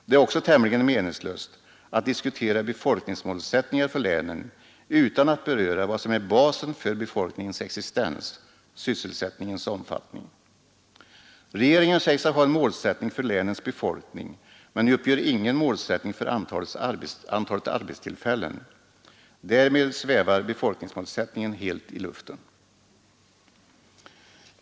Det är också tämligen meningslöst att diskutera befolkningsmålsättningar för länen utan att beröra vad som är basen för befolkningens existens: sysselsättningens omfattning. Regeringen säger sig ha en målsättning för länens befolkning men uppger ingen målsättning för antalet arbetstillfällen. Därmed svävar befolkningsmålsättningen i luften.